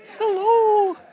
hello